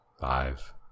Five